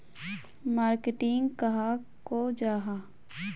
Marketing कहाक को जाहा?